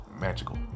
magical